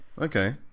okay